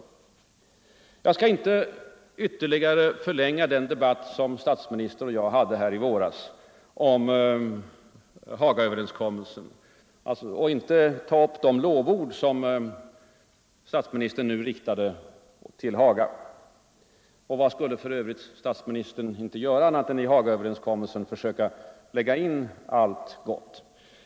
Jag skall inte ytterligare förlänga den debatt som statsministern och jag hade i våras om Hagaöverenskommelsen och inte ta upp de lovord som statsministern strödde över sin egen överenskommelse. Och vad skulle statsministern göra om inte att i Hagaöverenskommelsen försöka lägga in allt gott?